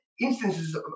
instances